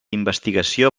investigació